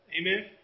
Amen